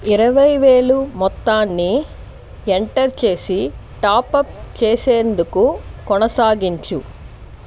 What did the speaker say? ఇరవై వేల మొత్తాన్ని ఎంటర్ చేసి టాపప్ చేసేందుకు కొనసాగించు